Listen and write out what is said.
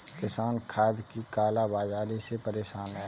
किसान खाद की काला बाज़ारी से परेशान है